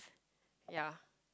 yeah